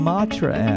Matra